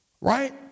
right